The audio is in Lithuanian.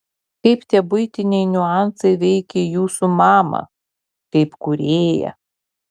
kaip tie buitiniai niuansai veikė jūsų mamą kaip kūrėją